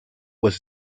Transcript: was